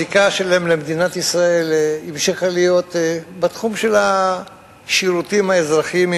הזיקה שלהם למדינת ישראל המשיכה להיות בתחום של השירותים האזרחיים.